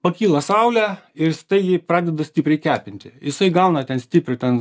pakyla saulė ir staigiai pradeda stipriai kepinti jisai gauna ten stipriai ten